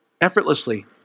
effortlessly